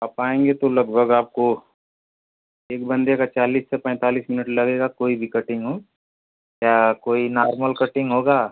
आप आएंगे तो लगभग आपको एक बंदे का चालीस से पैंतालीस मिनट लगेगा कोई भी कटिंग हो या कोई नार्मल कटिंग होगा